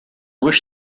wish